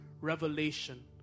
revelation